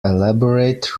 elaborate